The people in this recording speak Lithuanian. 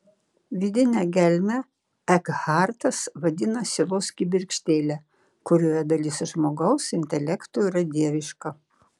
vidinę gelmę ekhartas vadina sielos kibirkštėle kurioje dalis žmogaus intelekto yra dieviška